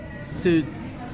suits